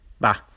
Bye